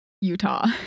Utah